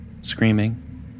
Screaming